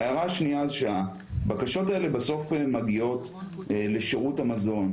ההערה השנייה: הבקשות האלה מגיעות בסוף לשירות המזון.